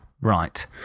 Right